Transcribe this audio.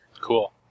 Cool